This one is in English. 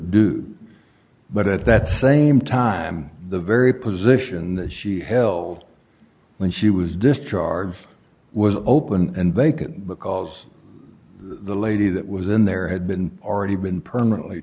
do but at that same time the very position that she held when she was discharged was open and vacant because the lady that was in there had been already been permanently